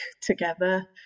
together